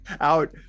out